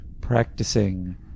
practicing